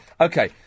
okay